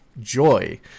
joy